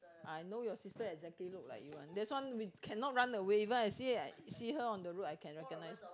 I know your sister exactly look like you one that's one we cannot run away even I see see her on the road I can recognise